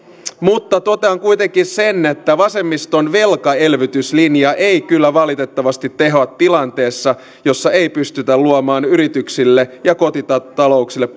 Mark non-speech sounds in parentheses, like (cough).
mutta totean kuitenkin sen että vasemmiston velkaelvytyslinja ei kyllä valitettavasti tehoa tilanteessa jossa ei pystytä luomaan yrityksille ja kotitalouksille (unintelligible)